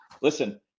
listen